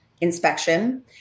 inspection